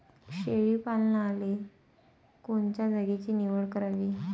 शेळी पालनाले कोनच्या जागेची निवड करावी?